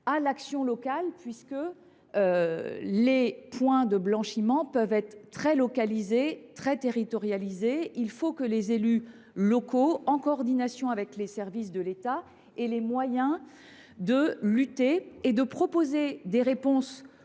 l’action locale, puisque les points de blanchiment peuvent être très territorialisés. Il faut donc que les élus locaux, en coordination avec les services de l’État, aient les moyens de lutter et de proposer des réponses